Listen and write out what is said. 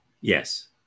Yes